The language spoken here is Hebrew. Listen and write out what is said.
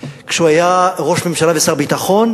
כשהוא היה ראש ממשלה ושר ביטחון,